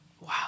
Wow